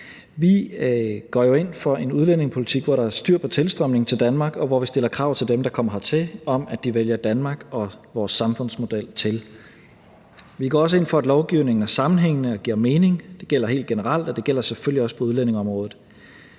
Vi går jo ind for en udlændingepolitik, hvor der er styr på tilstrømningen til Danmark, og hvor vi stiller krav til dem, der kommer hertil, om, at de vælger Danmark og vores samfundsmodel til. Vi går også ind for, at lovgivningen er sammenhængende og giver mening. Det gælder helt generelt, og det gælder selvfølgelig også på udlændingeområdet.